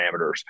parameters